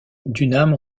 dunham